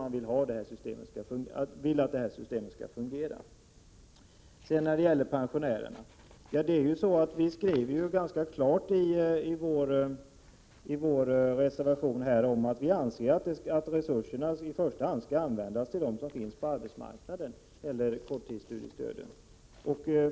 När det sedan gäller pensionärerna har vi i vår reservation klart skrivit att vi anser att korttidsstudiestödet i första hand skall användas för personer i arbetsaktiv ålder.